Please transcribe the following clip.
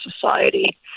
society